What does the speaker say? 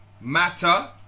matter